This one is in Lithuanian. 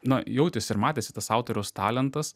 na jautėsi ir matėsi tas autoriaus talentas